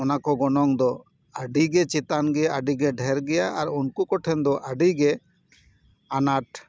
ᱚᱱᱟ ᱠᱚ ᱜᱚᱱᱚᱝ ᱫᱚ ᱟᱹᱰᱤᱜᱮ ᱪᱮᱛᱟᱱ ᱜᱮᱭᱟ ᱟᱹᱰᱤᱜᱮ ᱰᱷᱮᱨ ᱜᱮᱭᱟ ᱟᱨ ᱩᱝᱠᱩ ᱠᱚᱴᱷᱮᱱ ᱫᱚ ᱟᱹᱰᱤ ᱜᱮ ᱟᱱᱟᱴ